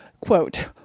quote